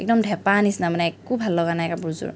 একদম ধেপা নিচিনা মানে একো ভাল লগা নাই কাপোৰযোৰ